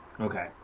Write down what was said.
Okay